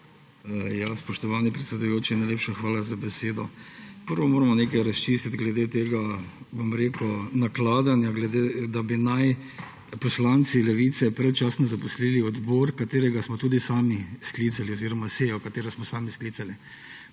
Spoštovani predsedujoči, najlepša hvala za besedo. Prvo moramo nekaj razčistiti glede tega, bom rekel, nakladanja, da bi naj poslanci Levice predčasno zapustili odbor, katerega smo tudi sami sklicali oziroma sejo, katero smo sami sklicali.